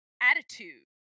attitude